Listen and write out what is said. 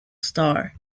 star